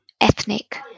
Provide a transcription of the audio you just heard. ethnic